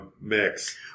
mix